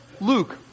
Luke